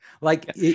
Like-